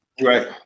Right